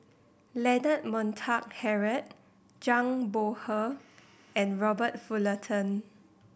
Leonard Montague Harrod Zhang Bohe and Robert Fullerton